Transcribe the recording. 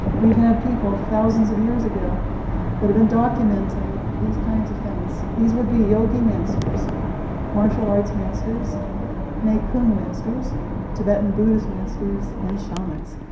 we've had people thousands of years ago that have been documenting these kinds of things. these would be yogi masters martial arts masters nei kung masters tibetan buddhist masters and shamans.